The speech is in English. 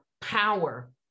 power